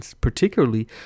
particularly